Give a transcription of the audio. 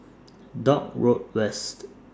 Dock Road West